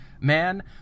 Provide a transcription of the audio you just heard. man